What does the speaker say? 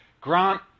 grant